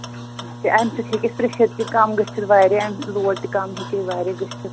اَچھا اَمہِ سۭتۍ ہٮ۪کہِ اَسہِ پرٛٮ۪شَر تہِ کَم گٔژھِتھ واریاہ لوڈ تہِ کَم ہٮ۪کہِ واریاہ گٔژھِتھ